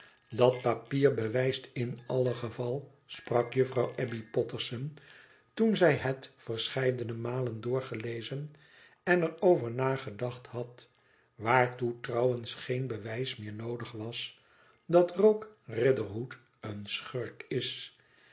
dat papier bewijst in alle geval sprak juffrouw abbey potterson toen zij het verscheidene malen doorgelezen en er over nagedacht had waartoe trouwens geen bewijs meer noodig was datrogueriderhood een schurk is